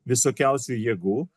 visokiausių jėgų